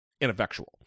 ineffectual